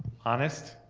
honest,